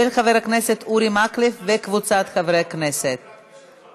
התקבלה בקריאה טרומית ועוברת לוועדת הכלכלה להכנה לקריאה ראשונה.